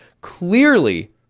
Clearly